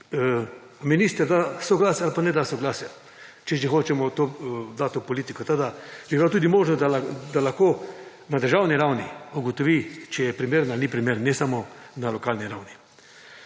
minister, da soglasje ali pa ne da soglasja, če že hočemo to dati v politiko. Se pravi, tudi možnost, da lahko na državni ravni ugotovi, ali je primeren ali ni primeren, ne samo na lokalni ravni.